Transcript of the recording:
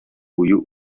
uyu